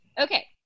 Okay